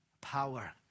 power